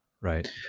Right